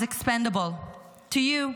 is expendable .To you,